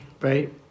Right